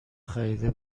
خریده